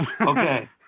Okay